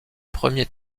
premiers